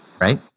right